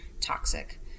toxic